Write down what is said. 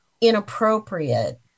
inappropriate